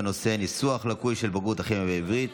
בנושא ניסוח לקוי של בגרות הכימיה בעברית.